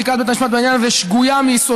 אני חושב שפסיקת ביתה משפט בעניין הזה שגויה מיסודה,